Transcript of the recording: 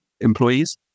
employees